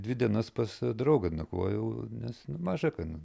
dvi dienas pas draugą nakvojau nes maža ką nu